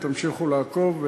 ותמשיכו לעקוב,